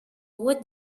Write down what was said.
would